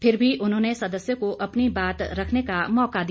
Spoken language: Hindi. फिर भी उन्होंने सदस्य को अपनी बात रखने का मौका दिया